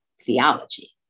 theology